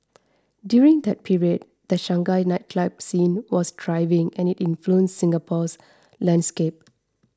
during that period the Shanghai nightclub scene was thriving and it influenced Singapore's landscape